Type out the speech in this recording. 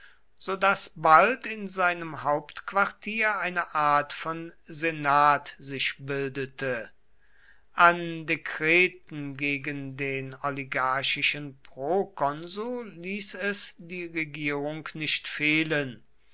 so daß bald in seinem hauptquartier eine art von senat sich bildete an dekreten gegen den oligarchischen prokonsul ließ es die regierung nicht fehlen